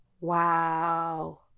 Wow